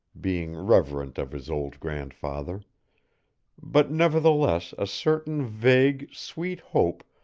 being reverent of his old grandfather but nevertheless a certain vague, sweet hope,